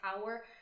power